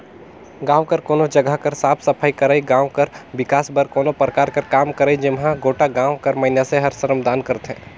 गाँव कर कोनो जगहा कर साफ सफई करई, गाँव कर बिकास बर कोनो परकार कर काम करई जेम्हां गोटा गाँव कर मइनसे हर श्रमदान करथे